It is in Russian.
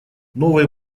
новый